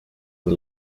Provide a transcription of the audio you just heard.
and